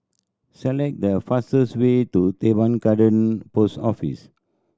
select the fastest way to Teban Garden Post Office